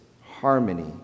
harmony